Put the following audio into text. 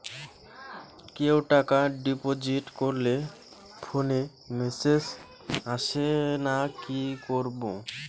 কেউ টাকা ডিপোজিট করলে ফোনে মেসেজ আসেনা কি করবো?